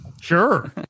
Sure